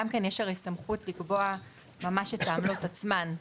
הרי גם כן יש סמכות לקבוע ממש את העמלות עצמן,